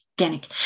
organic